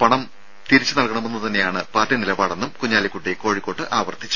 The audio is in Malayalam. പണം തിരിച്ചുനല്കണമെന്ന് തന്നെയാണ് പാർട്ടി നിലപാടെന്നും കുഞ്ഞാലിക്കുട്ടി കോഴിക്കോട്ട് ആവർത്തിച്ചു